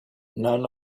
none